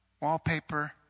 wallpaper